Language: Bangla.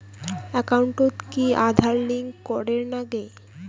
একাউন্টত কি আঁধার কার্ড লিংক করের নাগে?